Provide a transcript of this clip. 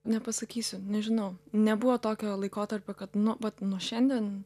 nepasakysiu nežinau nebuvo tokio laikotarpio kad nu vat nuo šiandien